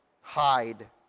hide